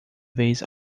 vez